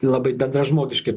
labai bendražmogiškai